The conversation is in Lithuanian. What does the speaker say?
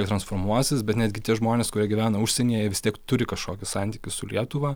ir transformuosis bet netgi tie žmonės kurie gyvena užsienyje jie vis tiek turi kažkokį santykį su lietuva